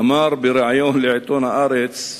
אמר בריאיון לעיתון "הארץ"